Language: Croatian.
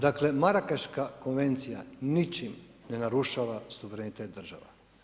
Dakle, Marakaška konvencija ničim ne narušava suverenitet država.